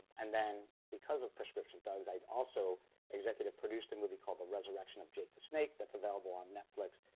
and then because of prescription thugs i also executive produced a movie called the resurrection of jake the snake that's available on netflix,